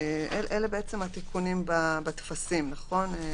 בעצם, אלה התיקונים בטפסים, נכון?